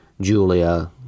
Julia